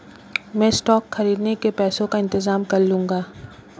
मैं स्टॉक्स खरीदने के पैसों का इंतजाम कर लूंगा